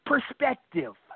perspective